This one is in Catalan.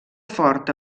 ford